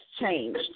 changed